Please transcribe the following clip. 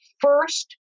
first